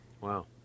Wow